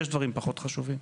יש דברים פחות חשובים.